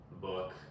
book